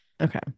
Okay